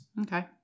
Okay